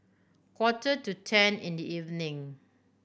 quarter to ten in the evening